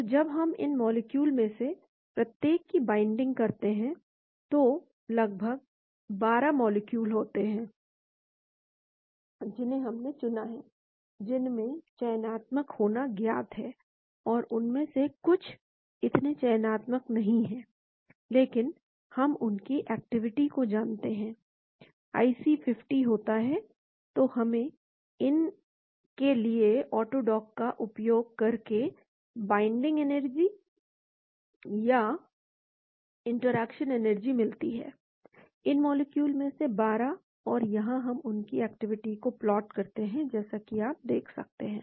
तो जब हम इन मॉलिक्यूल में से प्रत्येक की बाइन्डिंग करते हैं तो लगभग करीब 12 मॉलिक्यूल होते हैं जिन्हें हमने चुना है जिनमें चयनात्मक होना ज्ञात है और उनमें से कुछ इतने चयनात्मक नहीं हैं लेकिन हम उनकी एक्टिविटी को जानते हैं आईसी 50 होता है तो हमें इन के लिए ऑटो डॉक का उपयोग करके बाइंडिंग एनर्जी या इंटरैक्शन एनर्जी मिलती है इन मॉलिक्यूल में से 12 और यहां हम उनकी एक्टिविटी को प्लाट करते हैं जैसा कि आप यहां देख सकते हैं